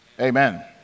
Amen